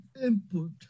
input